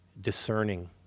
discerning